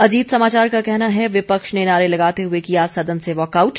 अजीत समाचार का कहना है विपक्ष ने नारे लगाते हुए किया सदन से वाकआउट